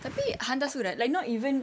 tapi hantar surat like not even